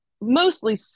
mostly